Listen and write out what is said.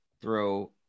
throw